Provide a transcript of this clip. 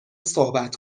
صحبت